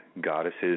goddesses